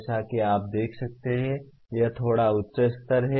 जैसा कि आप देख सकते हैं यह थोड़ा उच्च स्तर है